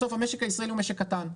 בסוף המשק הישראלי הוא משק קטן.